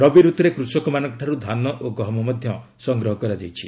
ରବି ଋତୁରେ କୃଷକମାନଙ୍କଠାରୁ ଧାନ ଓ ଗହମ ମଧ୍ୟ ସଂଗ୍ରହ କରାଯାଇଛି